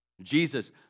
Jesus